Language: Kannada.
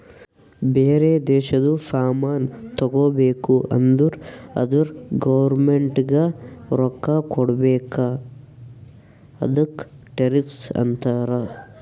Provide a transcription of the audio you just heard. ಬೇರೆ ದೇಶದು ಸಾಮಾನ್ ತಗೋಬೇಕು ಅಂದುರ್ ಅದುರ್ ಗೌರ್ಮೆಂಟ್ಗ ರೊಕ್ಕಾ ಕೊಡ್ಬೇಕ ಅದುಕ್ಕ ಟೆರಿಫ್ಸ್ ಅಂತಾರ